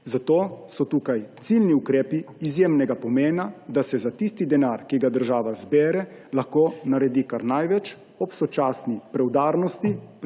Zato so tukaj ciljni ukrepi izjemnega pomena, da se za tisti denar, ki ga država zbere, lahko naredi kar največ ob sočasni preudarnosti